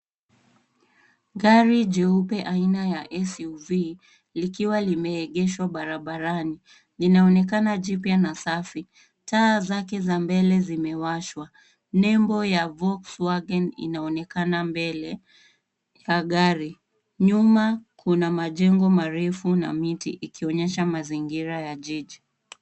Gari jeupe aina ya SUV likiwa limeegeshwa barabarani. Linaonekana jipya na safi. Taa zake za mbele zimewashwa. Nembo ya Volkswagen inaonekana mbele ya gari. Nyuma kuna majengo marefu na miti ikionyesha mazingira ya jiji.